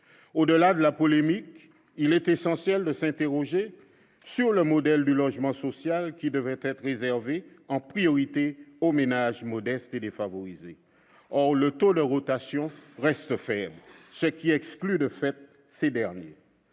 Au-delà de la polémique, il est essentiel de s'interroger sur le modèle du logement social, qui devrait être réservé en priorité aux ménages modestes et défavorisés. Or le taux de rotation reste faible, ce qui exclut de fait ces derniers.